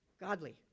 godly